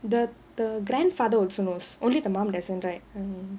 th~ the grandfather also knows only the mum doesn't right mmhmm